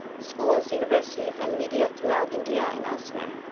schools, universities, and media throughout india and elsewhere.